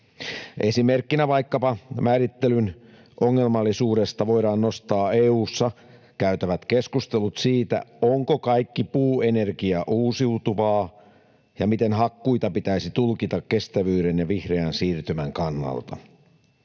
Esimerkkinä vaikkapa määrittelyn ongelmallisuudesta voidaan nostaa EU:ssa käytävät keskustelut siitä, onko kaikki puuenergia uusiutuvaa ja miten hakkuita pitäisi tulkita kestävyyden ja vihreän siirtymän kannalta.